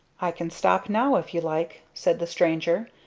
i can stop now if you like, said the stranger.